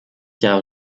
jahre